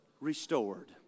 restored